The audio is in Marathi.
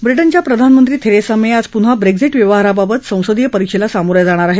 व्रिटनच्या प्रधानमंत्री थेरेसा मे आज पुन्हा ब्रेक्झिट व्यवहाराबाबत संसदीय परीक्षेला सामोरं जाणार आहेत